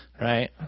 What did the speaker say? right